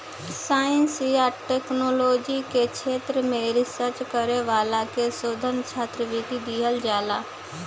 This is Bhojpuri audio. साइंस आ टेक्नोलॉजी के क्षेत्र में रिसर्च करे वाला के शोध छात्रवृत्ति दीहल जाला